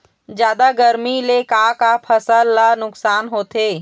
जादा गरमी ले का का फसल ला नुकसान होथे?